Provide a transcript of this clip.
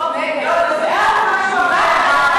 חבר הכנסת גפני, מה באמת מעיק עליך?